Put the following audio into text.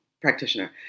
practitioner